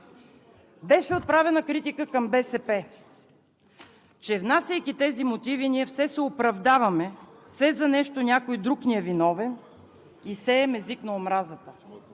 Беше отправена критика към БСП, че внасяйки тези мотиви, ние все се оправдаваме, все за нещо някой друг ни е виновен и сеем език на омразата.